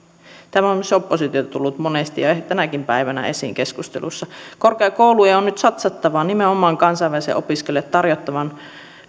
tämä on myös oppositiolta tullut monesti ja tänäkin päivänä esiin keskusteluissa korkeakoulujen on nyt satsattava nimenomaan kansainvälisille opiskelijoille tarjottavan